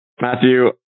Matthew